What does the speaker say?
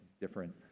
different